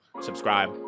subscribe